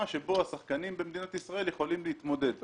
שבה השחקנים במדינת ישראל יכולים להתמודד.